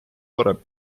varem